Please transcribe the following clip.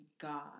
God